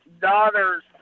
daughter's